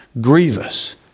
grievous